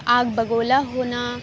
آگ بگولا ہونا